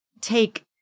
take